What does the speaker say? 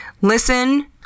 Listen